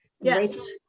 yes